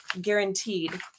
guaranteed